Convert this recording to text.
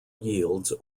yields